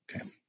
Okay